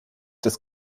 das